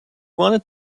wanted